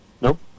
nope